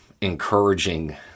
encouraging